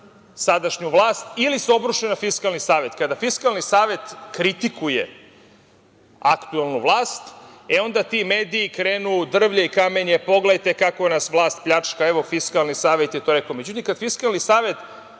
sadašnju vlast ili se obruše na Fiskalni savet. Kada Fiskalni savet kritikuje aktuelnu vlast, onda ti mediji krenu drvlje i kamenje, pogledajte kako nas vlast pljačka, evo Fiskalni savet je to rekao.Međutim, kada Fiskalni savet,